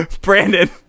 Brandon